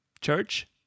church